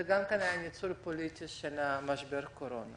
זה גם היה ניצול פוליטי של משבר הקורונה